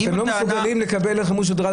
אם הטענה --- אתם לא מסוגלים לקבל עמוד שדרה,